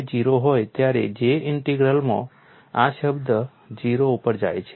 તેથી જ્યારે dy 0 હોય ત્યારે J ઇન્ટિગ્રલમાં આ શબ્દ 0 ઉપર જાય છે